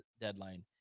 deadline